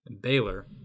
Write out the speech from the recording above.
Baylor